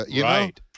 Right